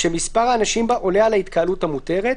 שמספר האנשים בה עולה על ההתקהלות המותרת,